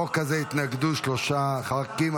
לחוק הזה התנגדו שלושה ח"כים.